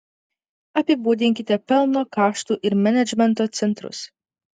apibūdinkite pelno kaštų ir menedžmento centrus